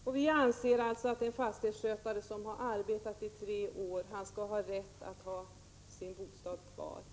Men vi anser, som sagt, att den fastighetsskötare som har arbetat i tre år skall ha rätt att ha kvar sin bostad.